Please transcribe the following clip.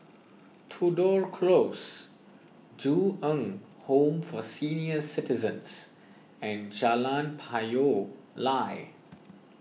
Tudor Close Ju Eng Home for Senior Citizens and Jalan Payoh Lai